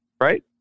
Right